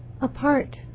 apart